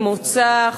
ממוצא,